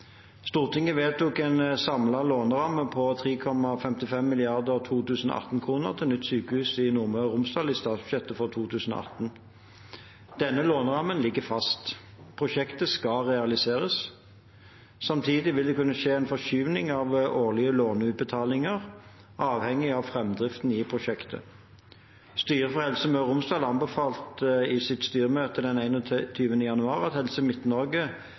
Stortinget vedtok en samlet låneramme på 3,55 mrd. kr i 2018-kroner til nytt sykehus i Nordmøre og Romsdal i statsbudsjettet for 2018. Denne lånerammen ligger fast. Prosjektet skal realiseres. Samtidig vil det kunne skje en forskyvning av årlige låneutbetalinger, avhengig av framdriften i prosjektet. Styret i Helse Møre og Romsdal anbefalte i sitt styremøte den 21. januar at Helse